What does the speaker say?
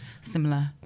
similar